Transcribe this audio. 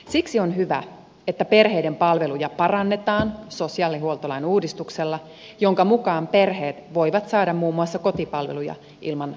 siksi on hyvä että perheiden palveluja parannetaan sosiaalihuoltolain uudistuksella jonka mukaan perheet voivat saada muun muassa kotipalveluja ilman lastensuojeluasiakkuutta